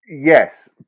yes